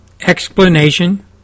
explanation